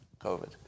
COVID